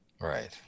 right